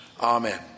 Amen